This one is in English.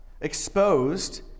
exposed